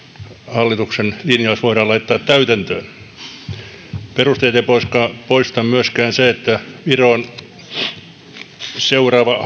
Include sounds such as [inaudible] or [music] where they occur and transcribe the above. hallituksen linjaus voidaan laittaa täytäntöön perusteita ei poista myöskään se että viron hallituksen seuraava [unintelligible]